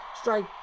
strike